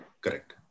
correct